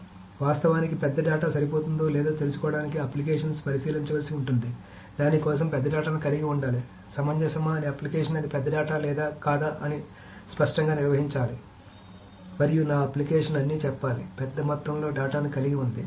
కాబట్టి వాస్తవానికి పెద్ద డేటా సరిపోతుందో లేదో తెలుసుకోవడానికి అప్లికేషన్ను పరిశీలించాల్సి ఉంటుంది దాని కోసం పెద్ద డేటాను కలిగి ఉండటం సమంజసమా అని అప్లికేషన్ అది పెద్ద డేటా లేదా కాదా అని స్పష్టంగా నిర్వచించాలి మరియు నా అప్లికేషన్ అని చెప్పాలి పెద్ద మొత్తంలో డేటాను కలిగి ఉంది